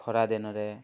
ଖରାଦିନରେ